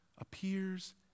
appears